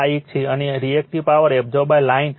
અને reactive power absorb line છે 278